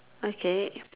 okay